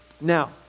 Now